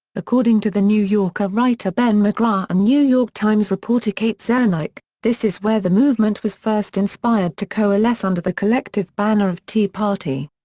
according to the new yorker writer ben mcgrath and new york times reporter kate zernike, this is where the movement was first inspired to coalesce under the collective banner of tea party.